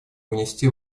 внести